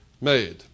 made